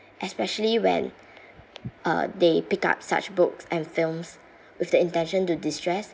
especially when uh they pick up such books and films with the intention to destress